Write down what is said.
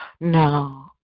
No